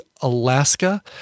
Alaska